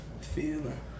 feeling